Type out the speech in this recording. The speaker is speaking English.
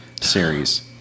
series